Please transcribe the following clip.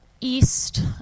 east